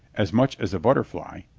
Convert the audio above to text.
as much as a butterfly.